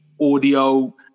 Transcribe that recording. audio